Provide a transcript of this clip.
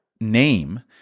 name